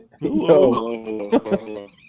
Hello